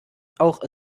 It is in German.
auch